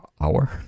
hour